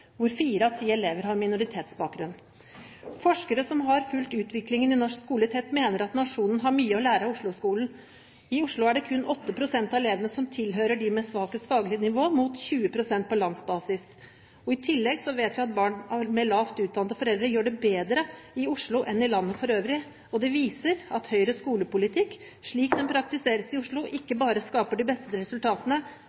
hvor fire av ti elever har minoritetsbakgrunn. Forskere som har fulgt utviklingen i norsk skole tett, mener at nasjonen har mye å lære av Oslo-skolen. I Oslo er det kun 8 pst. av elevene som tilhører de med svakest faglig nivå, mot 20 pst. på landsbasis. I tillegg vet vi at barn med lavt utdannede foreldre gjør det bedre i Oslo enn i landet for øvrig. Det viser at Høyres skolepolitikk, slik den praktiseres i Oslo, ikke